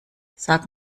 sag